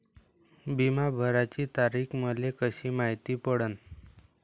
बिमा भराची तारीख मले कशी मायती पडन?